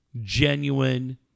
genuine